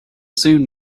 soon